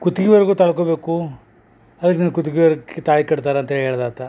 ಕುತ್ತಿಗೆವರ್ಗು ತಳ್ಕೊಬೇಕು ಅದಕ್ಕೆ ನಿನ್ನ ಕುತ್ತಿಗೆವರ್ಗು ತಾಳಿ ಕಟ್ತಾರ ಅಂತ ಹೇಳ್ದ ಆತ